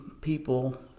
people